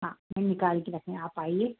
हाँ मैं निकाल के रख आप आइए